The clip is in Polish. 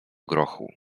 grochu